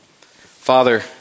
Father